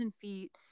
feet